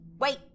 wait